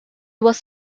was